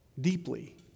deeply